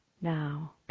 now